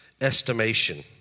estimation